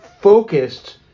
Focused